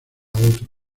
otro